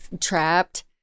trapped